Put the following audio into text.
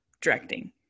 directing